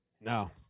No